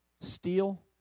steal